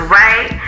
right